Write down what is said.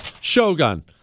Shogun